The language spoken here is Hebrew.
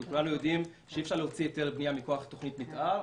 כי כולנו יודעים שאי אפשר להוציא היתר בנייה מכוח תוכנית מתאר,